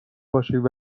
باشید